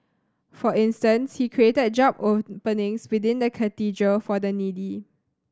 for instance he created job openings within the Cathedral for the needy